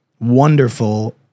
wonderful